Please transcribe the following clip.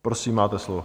Prosím, máte slovo.